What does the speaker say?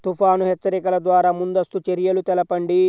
తుఫాను హెచ్చరికల ద్వార ముందస్తు చర్యలు తెలపండి?